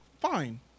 Fine